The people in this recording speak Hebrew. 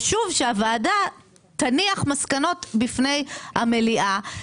חשוב שהוועדה תניח מסקנות בפני המליאה,